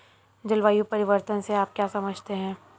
जलवायु परिवर्तन से आप क्या समझते हैं?